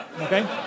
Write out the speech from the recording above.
okay